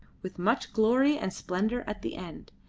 with much glory and splendour at the end.